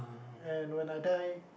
and when I die